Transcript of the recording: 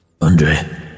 Andre